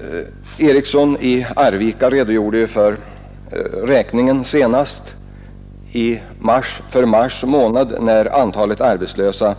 Herr Eriksson i Arvika redogjorde för senaste räkningen, för mars månad, då antalet arbetslösa